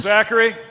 Zachary